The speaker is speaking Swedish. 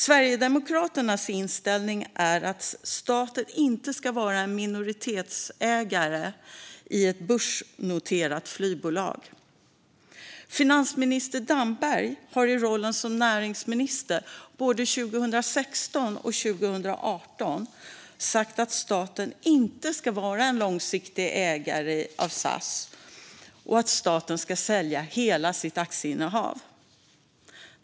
Sverigedemokraternas inställning är att staten inte ska vara minoritetsägare i ett börsnoterat flygbolag. Finansminister Damberg har sagt både 2016 och 2018 i rollen som näringsminister att staten inte ska vara en långsiktig ägare av SAS och att staten ska sälja hela sitt aktieinnehav.